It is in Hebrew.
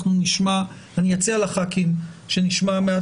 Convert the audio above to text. אני אציע לחברי הכנסת שנשמע מעט